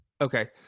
Okay